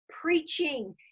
preaching